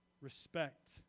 Respect